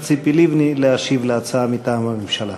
ציפי לבני להשיב על ההצעה מטעם הממשלה.